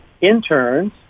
interns